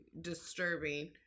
disturbing